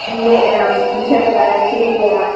तुमगे हें तुमच्या दुकानार किदें किदें आहा